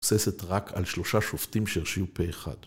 ‫מבססת רק על שלושה שופטים ‫שהרשיעו פה אחד.